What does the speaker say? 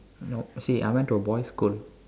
no see I went to a boys school